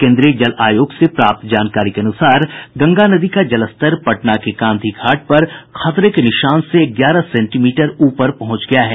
केन्द्रीय जल आयोग से प्राप्त जानकारी के अनुसार गंगा नदी का जलस्तर पटना के गांधी घाट पर खतरे के निशान से ग्यारह सेंटीमीटर ऊपर पहुंच गया है